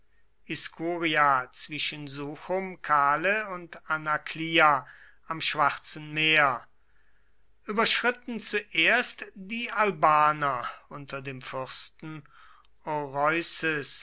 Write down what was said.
zwischen suchum kale und anaklia am schwarzen meer überschritten zuerst die albaner unter dem fürsten